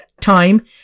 time